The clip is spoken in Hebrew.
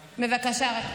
בבקשה.